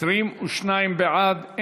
את